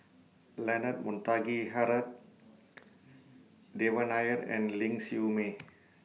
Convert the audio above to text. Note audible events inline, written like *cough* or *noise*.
Leonard Montague Harrod *noise* Devan Nair and Ling Siew May